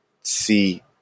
see